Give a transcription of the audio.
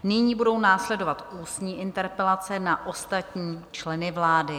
Nyní budou následovat ústní interpelace na ostatní členy vlády.